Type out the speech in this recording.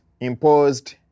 imposed